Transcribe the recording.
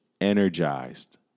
energized